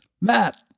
Matt